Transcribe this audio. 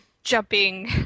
jumping